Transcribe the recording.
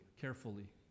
carefully